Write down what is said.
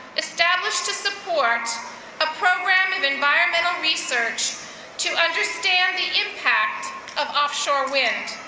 established to support a program of environmental research to understand the impact of offshore wind.